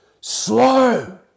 slow